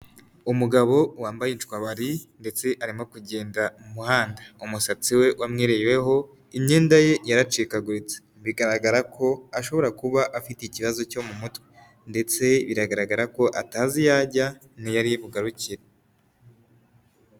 umugabo wambaye utwabari ndetse arimo kugenda mu muhanda .Umusatsi we wamwireYeho, imyenda ye yaracikaguritse, bigaragara ko ashobora kuba afite ikibazo cyo mu mutwe ndetse biragaragara ko atazi iyo ajya n'iyo ari bugarukire.